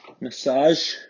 massage